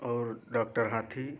और डॉक्टर हाथी